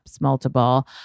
multiple